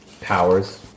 Powers